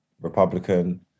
Republican